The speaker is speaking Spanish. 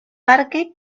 parque